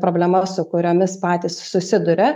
problemas su kuriomis patys susiduria